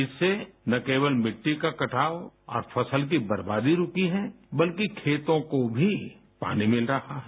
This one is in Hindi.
इससे ना केवल मिट्टी का कटाव और फसल की बर्बादी रुकी है बल्कि खेतों को भी पानी मिल रहा है